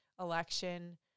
election